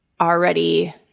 already